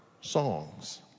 songs